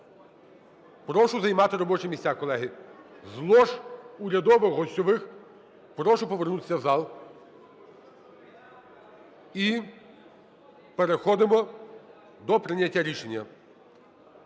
Прошу займати робочі місця, колеги, з лож урядових, гостьових прошу повернутися в зал. І переходимо до прийняття рішення.